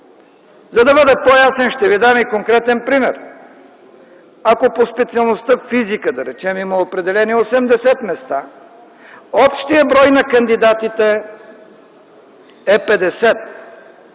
За да бъда по-ясен, ще ви дам и конкретен пример. Ако по специалността „Физика”, да речем, има определени 80 места, общият брой на кандидатите е 50.